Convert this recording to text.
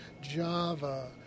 Java